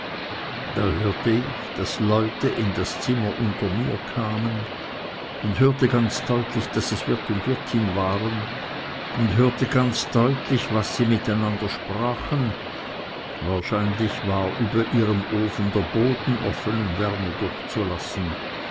da hörte ich daß leute in das zimmer unter mir kamen und hörte ganz deutlich daß es wirt und wirtin waren und hörte ganz deutlich was sie mit einander sprachen wahrscheinlich war über ihrem ofen der boden offen um wärme durchzulassen